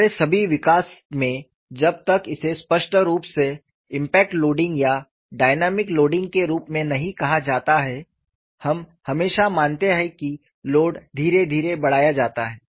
हमारे सभी विकास में जब तक इसे स्पष्ट रूप से इम्पैक्ट लोडिंग या डायनामिक लोडिंग के रूप में नहीं कहा जाता है हम हमेशा मानते हैं कि लोड धीरे धीरे बढ़ाया जाता है